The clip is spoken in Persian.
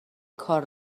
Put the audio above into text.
کار